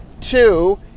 Two